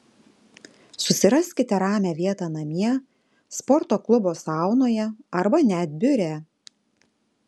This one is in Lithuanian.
susiraskite ramią vietą namie sporto klubo saunoje arba net biure